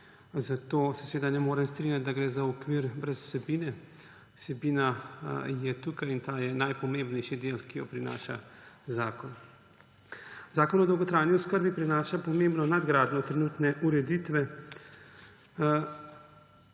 Zato se seveda ne morem strinjati, da gre za okvir brez vsebine. Vsebina je tukaj in ta je najpomembnejši del, ki jo prinaša zakon. Zakon o dolgotrajni oskrbi prinaša pomembno nadgradnjo trenutne ureditve